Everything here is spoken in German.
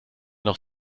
noch